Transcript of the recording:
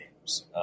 games